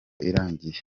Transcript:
irangiye